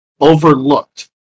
overlooked